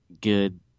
good